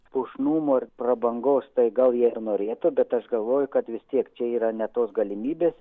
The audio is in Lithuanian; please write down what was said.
puošnumo ir prabangos tai gal jie ir norėtų bet aš galvoju kad vis tiek čia yra ne tos galimybės